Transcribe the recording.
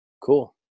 Cool